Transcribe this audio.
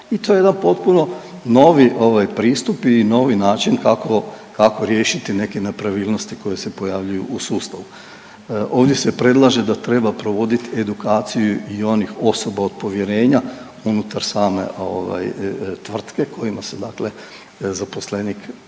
I to je jedan potpuno novi ovaj pristup i novi način kako, kako riješiti neke nepravilnosti koje se pojavljuju u sustavu. Ovdje se predlaže da treba provoditi edukaciju i onih osoba od povjerenja unutar same ovaj tvrtke kojima se dakle zaposlenik